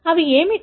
అవి ఏమిటి